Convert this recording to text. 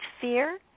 fear